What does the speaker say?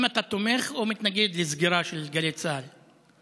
האם אתה תומך בסגירה של גלי צה"ל או מתנגד לה?